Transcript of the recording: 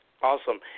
Awesome